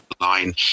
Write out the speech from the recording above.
line